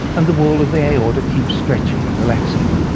and the wall of the aorta keeps stretching and relaxing.